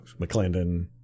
McClendon